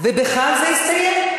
ובכלל זה הסתיים.